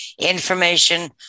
information